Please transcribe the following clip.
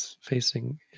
facing